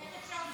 איך אפשר לשכוח?